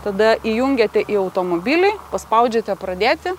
tada įjungiate į automobilį paspaudžiate pradėti